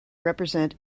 represent